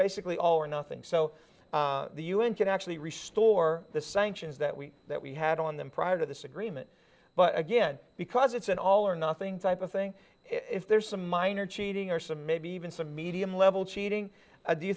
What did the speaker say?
basically all or nothing so the u n can actually restore the sanctions that we that we had on them prior to this agreement but again because it's an all or nothing type of thing if there's some minor cheating or some maybe even some medium level cheating do you